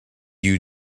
you